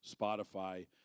Spotify